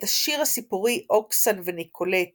את השיר הסיפורי אוקסן וניקולט